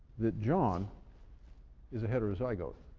that john is a heterozygote.